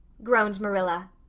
groaned marilla.